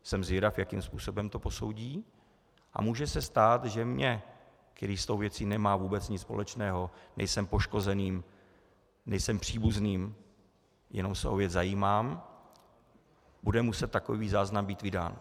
Jsem zvědav, jakým způsobem to posoudí, a může se stát, že mně, který s tou věcí nemá vůbec nic společného, nejsem poškozeným, nejsem příbuzným, jen se o věc zajímám, bude muset být takový záznam vydán.